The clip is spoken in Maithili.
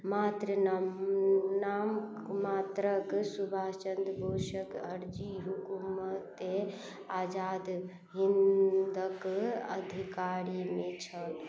मात्र नाम नाम मात्रके सुभाषचन्द्र बोसके अर्जी हुकुमते आजाद हिन्दके अधिकारमे छल